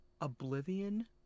Oblivion